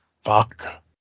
fuck